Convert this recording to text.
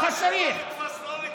מה שלא נתפס, לא נתפס.